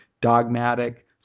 dogmatic